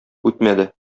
үтмәде